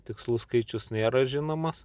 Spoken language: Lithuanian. tikslų skaičius nėra žinomas